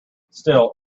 still